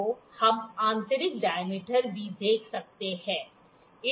तो हम आंतरिक डाय्मीटर भी देख सकते हैं